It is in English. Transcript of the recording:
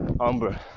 Amber